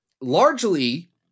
largely